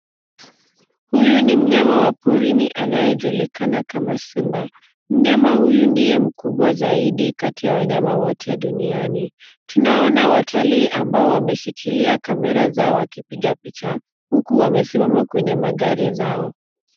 Huyu ni mnyama wa porini anayejulikana kama simba, mnyama huyu ndiye mkubwa zaidi kati ya wanyama wote duniani. Tunaona watalii ambao wameshikilia kamera zao wakiiga picha huku wamesimama kwenye magari zao.